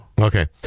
Okay